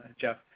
Jeff